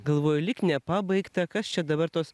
galvoju lyg nepabaigta kas čia dabar tos